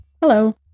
Hello